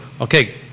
okay